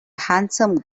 handsome